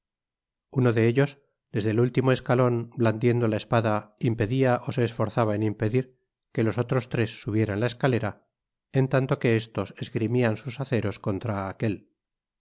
uno de eltos desde el último escalon blandiendo la espada impedia ó se esforzaba en impedir que los otros tres subieran la escalera en tanto que estos esgrimian sus aceros contra aquél